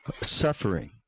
suffering